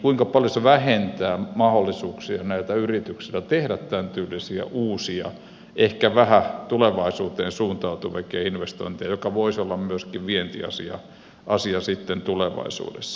kuinka paljon se vähentää mahdollisuuksia näiltä yrityksiltä tehdä tämän tyylisiä uusia ehkä vähän tulevaisuuteen suuntautuviakin investointeja jotka voisivat olla myöskin vientiasioita sitten tulevaisuudessa